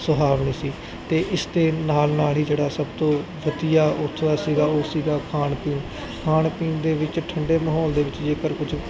ਸੁਹਾਵਣੀ ਸੀ ਤੇ ਇਸ ਦੇ ਨਾਲ ਨਾਲ ਹੀ ਜਿਹੜਾ ਸਭ ਤੋਂ ਵਧੀਆ ਉੱਥੋਂ ਦਾ ਸੀਗਾ ਉਹ ਸੀਗਾ ਖਾਣ ਪੀਣ ਖਾਣ ਪੀਣ ਦੇ ਵਿੱਚ ਠੰਡੇ ਮਾਹੌਲ ਦੇ ਵਿੱਚ ਜੇਕਰ ਕੁਝ